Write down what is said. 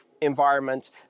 environment